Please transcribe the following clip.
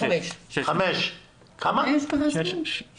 הם אמרו שלא